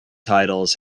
titles